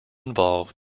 involve